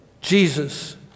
Jesus